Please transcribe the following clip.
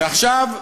ועכשיו,